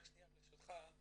רק שנייה, ברשותך,